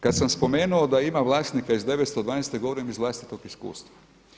Kada sam spomenuo da ima vlasnika iz 912. godine iz vlastitog iskustva.